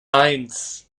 eins